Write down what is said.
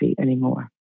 anymore